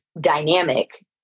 dynamic